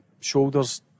shoulders